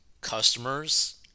customers